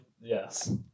Yes